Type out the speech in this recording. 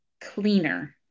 cleaner